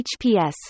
HPS